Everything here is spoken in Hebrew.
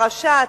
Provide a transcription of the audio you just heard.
הרשע,